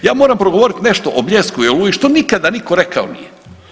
Ja moram progovoriti nešto o Bljesku i Oluji što nikada nitko rekao nije.